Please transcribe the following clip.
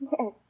Yes